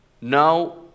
now